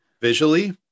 visually